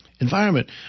environment